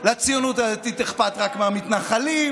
לציונות הדתית אכפת רק מהמתנחלים,